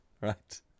Right